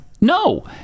No